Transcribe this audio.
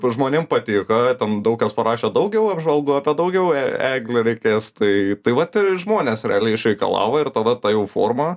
žmonėm patiko ir ten daug kas parašė daugiau apžvalgų apie daugiau e eglių reikės tai tai vat ir žmonės realiai išreikalavo ir tada ta jau forma